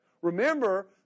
Remember